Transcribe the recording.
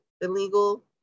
illegal